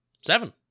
Seven